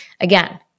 Again